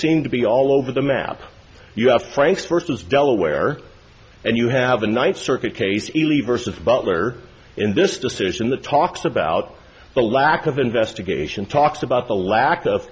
to be all over the map you have franks versus delaware and you have the ninth circuit case ellie versus butler in this decision that talks about the lack of investigation talks about the lack of